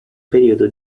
periodo